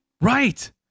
Right